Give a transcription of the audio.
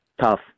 tough